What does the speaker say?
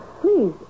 please